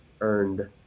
earned